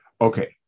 Okay